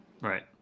Right